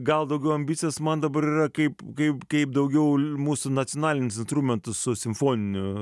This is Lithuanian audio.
gal daugiau ambicijos man dabar yra kaip kaip kaip daugiau mūsų nacionalinius instrumentus su simfoniniu